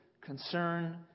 concern